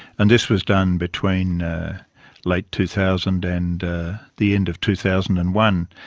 and this was done between late two thousand and the end of two thousand and one,